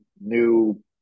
New